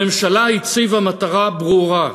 הממשלה הציבה מטרה ברורה: